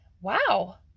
Wow